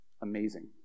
Amazing